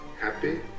happy